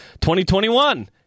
2021